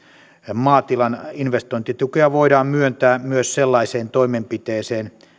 maatilan investointitukea voidaan myöntää myös sellaiseen toimenpiteeseen